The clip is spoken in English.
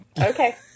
Okay